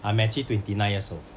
I met you twenty nine years